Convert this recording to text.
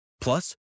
Plus